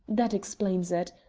that explains it.